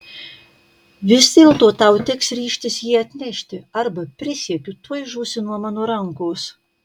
vis dėlto tau teks ryžtis jį atnešti arba prisiekiu tuoj žūsi nuo mano rankos